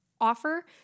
offer